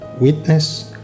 witness